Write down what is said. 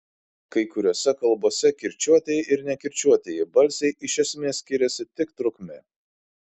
kai kuriose kalbose kirčiuotieji ir nekirčiuotieji balsiai iš esmės skiriasi tik trukme